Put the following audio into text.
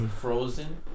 frozen